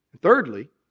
Thirdly